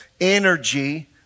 energy